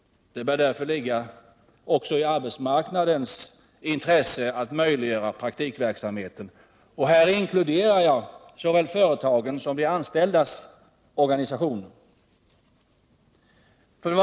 Det bör därför ligga också i arbetsmarknadens intresse att möjliggöra praktikverksamheten. Här inkluderar jag såväl företagen som de anställdas organisationer.